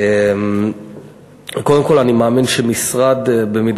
האמת שזו פעם ראשונה,